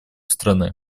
страны